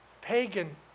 pagan